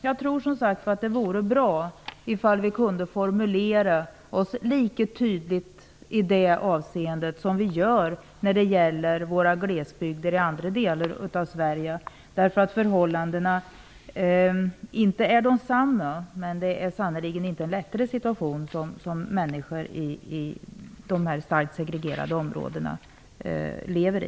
Jag tror att det vore bra ifall vi kunde formulera oss lika tydligt i det avseendet som vi gör när det gäller våra glesbygder i andra delar av Sverige. Förhållandena är inte desamma. Men det är sannerligen inte en lättare situation som människor i dessa starkt segregerade områden lever i.